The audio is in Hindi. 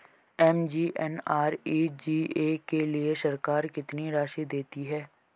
एम.जी.एन.आर.ई.जी.ए के लिए सरकार कितनी राशि देती है?